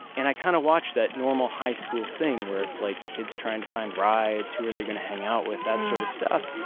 and i kind of watched that normal high school thing where it's like kids trying to find rides, who are they going to hang out with that sort of stuff.